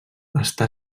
està